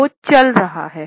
वो चल रहा है